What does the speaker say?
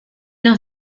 nos